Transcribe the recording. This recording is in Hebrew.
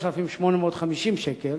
ל-3,850 שקלים.